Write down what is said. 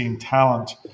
talent